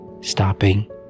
stopping